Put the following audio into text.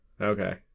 Okay